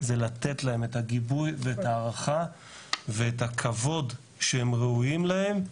זה לתת להם את הגיבוי והערכה ואת הכבוד שהם ראויים להם.